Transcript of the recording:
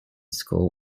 school